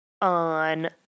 on